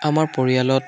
আমাৰ পৰিয়ালত